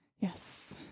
Yes